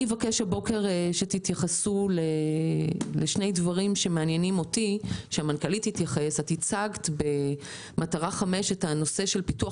יש לי שתי שאלות למנכ"לית: המטרה החמישית שהצגת היא הפיתוח